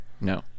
No